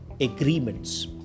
agreements